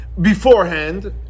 beforehand